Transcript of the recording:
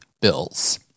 bills